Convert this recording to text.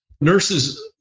Nurses